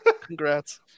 congrats